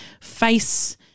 face